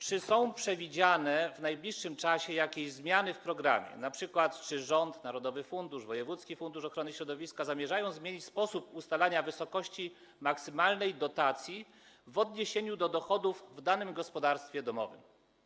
Czy są przewidziane w najbliższym czasie jakieś zmiany w programie, np. czy rząd, narodowy fundusz, wojewódzki fundusz ochrony środowiska zamierzają zmienić sposób ustalania wysokości maksymalnej dotacji w odniesieniu do dochodów w danym gospodarstwie domowym?